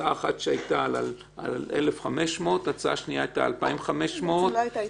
הצעה אחת ל-1,500 שקלים וההצעה השנייה הייתה 2,500 שקל.